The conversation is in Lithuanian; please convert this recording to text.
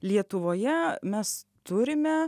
lietuvoje mes turime